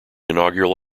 inaugural